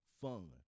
fun